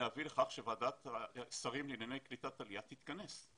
להביא לכך שוועדת שרים לענייני קליטת העלייה תתכנס.